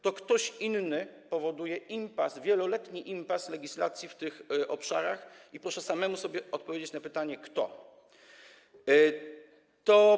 To ktoś inny powoduje impas, wieloletni impas legislacyjny w tych obszarach i proszę samemu sobie odpowiedzieć na pytanie, kto to jest.